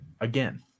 Again